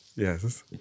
Yes